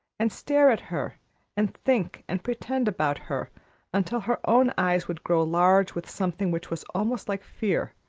and stare at her and think and pretend about her until her own eyes would grow large with something which was almost like fear,